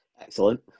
excellent